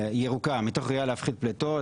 ירוקה, מתוך ראייה להפחית פליטות.